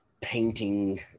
painting